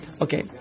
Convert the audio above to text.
okay